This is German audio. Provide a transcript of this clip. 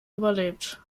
überlebt